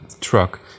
truck